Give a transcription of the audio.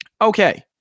Okay